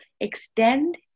extend